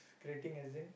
crating as in